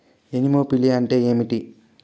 Anemophily అంటే ఏంటి?